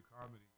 comedy